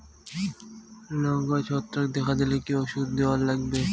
লঙ্কায় ছত্রাক দেখা দিলে কি ওষুধ দিবার লাগবে?